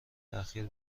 اخیر